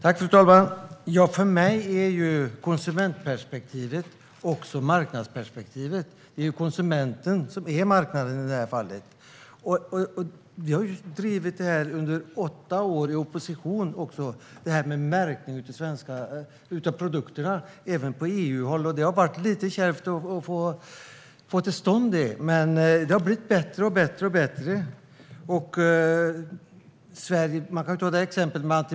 Fru talman! För mig handlar det om ett konsumentperspektiv och ett marknadsperspektiv. Det är ju konsumenten som i detta fall är marknaden. Vi har under åtta år i opposition drivit det här med märkning av produkterna, även på EU-håll. Det har varit lite kärvt att få det till stånd, men det har gått bättre och bättre. Man kan ta antibiotikafrågan som exempel.